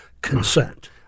consent